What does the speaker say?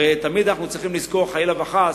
הרי תמיד אנחנו צריכים לזכור מה יקרה אם חלילה וחס